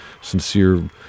sincere